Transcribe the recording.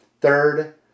third